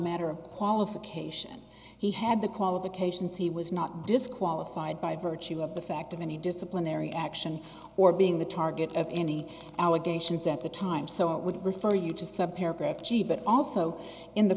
matter of qualification he had the qualifications he was not disqualified by virtue of the fact of any disciplinary action or being the target of any allegations at the time so it would refer you just have paragraph g but also in the